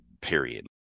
period